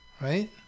right